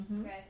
Okay